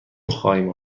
خواهیم